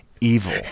evil